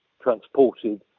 transported